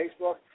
Facebook